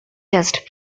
just